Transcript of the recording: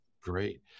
Great